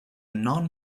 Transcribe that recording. non